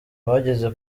bageze